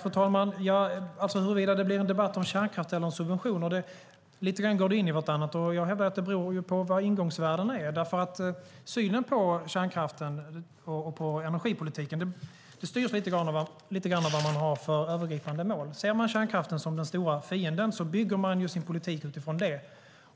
Fru talman! När det gäller om det blir en debatt om kärnkraft eller om subventioner går det lite grann in i vartannat. Jag hävdar att det beror på vad ingångsvärdena är. Synen på kärnkraften och energipolitiken styrs lite grann av vad man har för övergripande mål. Ser man kärnkraften som den stora fienden bygger man sin politik utifrån det.